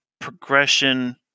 progression